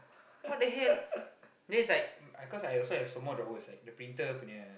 what the hell then it's like cause I I also have some more drawers the printer punya